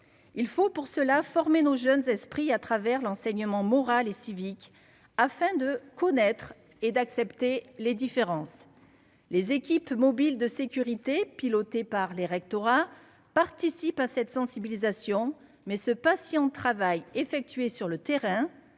il faut pour cela former nos jeunes esprits à travers l'enseignement moral et civique afin de connaître et d'accepter les différences, les équipes mobiles de sécurité, pilotées par les rectorats participent à cette sensibilisation mais ce patient travail effectué sur le terrain